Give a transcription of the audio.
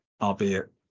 albeit